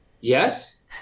Yes